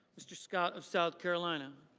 mr. scott of south carolina.